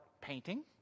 painting